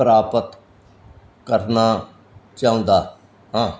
ਪ੍ਰਾਪਤ ਕਰਨਾ ਚਾਹੁੰਦਾ ਹਾਂ